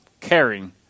caring